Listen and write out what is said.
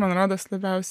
man rodos labiausiai